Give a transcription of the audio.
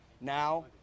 now